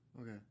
Okay